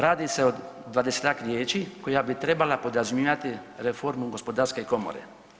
Radi se o 20-tak riječi koja bi trebala podrazumijevati reformu gospodarske komore.